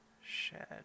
shed